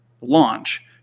launch